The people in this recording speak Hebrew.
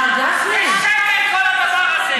זה שקר, כל הדבר הזה.